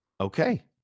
okay